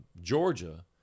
Georgia